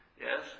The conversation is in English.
Yes